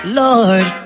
lord